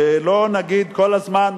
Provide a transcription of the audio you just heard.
שלא נגיד כל הזמן,